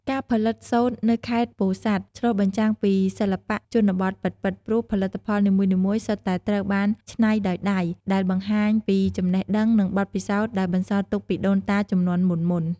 ការផលិតសូត្រនៅខេត្តពោធិ៍សាត់ ឆ្លុះបញ្ចាំងពីសិល្បៈជនបទពិតៗ ព្រោះផលិតផលនីមួយៗសុទ្ធតែត្រូវបានច្នៃដោយដៃ ដែលបង្ហាញពីចំណេះដឹង និងបទពិសោធន៍ដែលបន្សល់ទុកពីដូនតាជំនាន់មុនៗ។